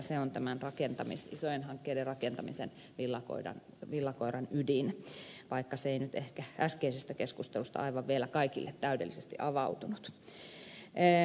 se on näiden isojen hankkeiden rakentamisen villakoiran ydin vaikka se ei nyt ehkä äskeisestä keskustelusta aivan vielä kaikille täydellisesti avautunut